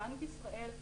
בנק ישראל,